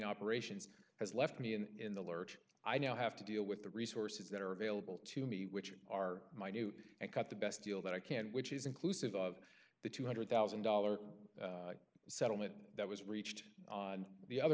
operations has left me in the lurch i now have to deal with the resources that are available to me which are minute and cut the best deal that i can which is inclusive of the two one hundred thousand dollars settlement that was reached on the other